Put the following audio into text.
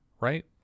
right